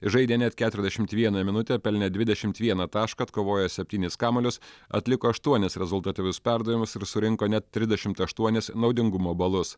žaidė net keturiasdešimt vieną minutę pelnė dvidešimt vieną tašką atkovojo septynis kamuolius atliko aštuonis rezultatyvius perdavimus ir surinko net trisdešimt aštuonis naudingumo balus